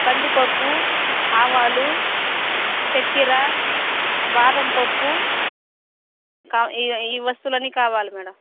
కందిపప్పు ఆవాలు చక్కెర బాదంపప్పు ఈ వస్తువులన్నీ కావాలి మేడం